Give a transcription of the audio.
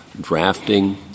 drafting